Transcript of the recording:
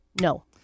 No